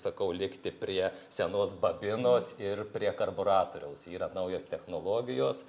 sakau likti prie senos babinos ir prie karbiuratoriaus yra naujos technologijos